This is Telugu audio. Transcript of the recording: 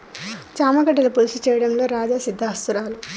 చామ గడ్డల పులుసు చేయడంలో రాధా సిద్దహస్తురాలు